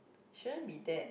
shouldn't be that